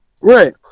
Right